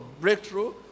breakthrough